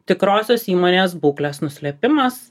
tikrosios įmonės būklės nuslėpimas